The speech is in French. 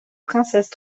princesse